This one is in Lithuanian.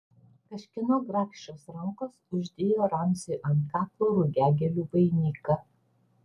kažkieno grakščios rankos uždėjo ramziui ant kaklo rugiagėlių vainiką